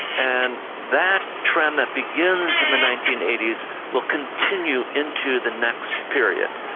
and that trend that begins in the nineteen eighty s will continue into the next period.